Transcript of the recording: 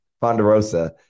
Ponderosa